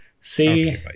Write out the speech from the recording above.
See